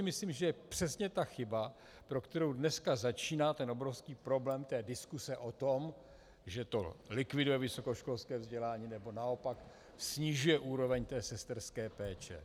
Myslím si, že to je přesně ta chyba, pro kterou dnes začíná ten obrovský problém diskuse o tom, že to likviduje vysokoškolské vzdělání, nebo naopak snižuje úroveň sesterské péče.